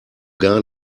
gar